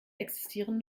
existieren